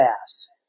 fast